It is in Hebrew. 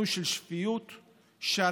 אדוני היושב-ראש,